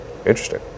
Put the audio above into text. interesting